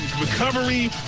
recovery